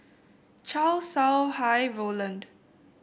Chow Sau Hai Roland